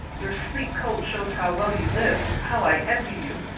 your sleek coat shows how well you live how i envy you!